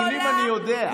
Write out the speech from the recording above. קראתם לי עובדת זרה,